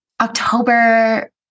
October